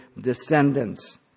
descendants